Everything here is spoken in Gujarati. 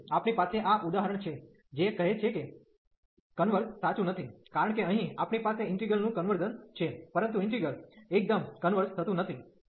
તેથી આપણી પાસે આ ઉદાહરણ છે જે કહે છે કે કન્વર્ઝ converge સાચું નથી કારણ કે અહીં આપણી પાસે ઈન્ટિગ્રલIntegral નું કન્વર્ઝન convergence છે પરંતુ ઈન્ટિગ્રલ integral એકદમ કન્વર્ઝconverge થતું નથી